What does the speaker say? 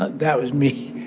ah that was me.